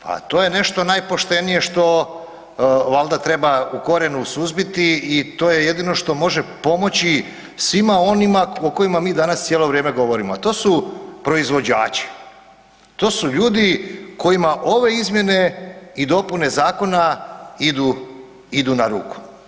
Pa to je nešto najpoštenije što valjda treba u korijenu suzbiti i to je jedino što može pomoći svima onima o kojima mi danas cijelo vrijeme govorimo, a to su proizvođači, to su ljudi kojima ove izmjene i dopune zakona idu na ruku.